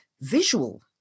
visual